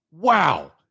wow